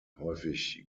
häufig